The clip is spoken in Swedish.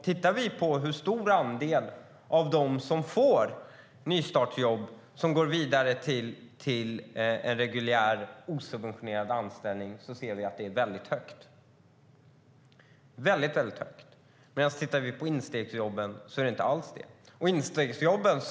Tittar vi på andelen av dem som får nystartsjobb som går vidare till reguljär osubventionerad anställning ser vi att den är väldigt hög, medan den inte alls är det när det gäller instegsjobben.